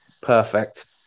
Perfect